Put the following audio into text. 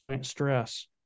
stress